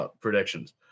predictions